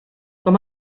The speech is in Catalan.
com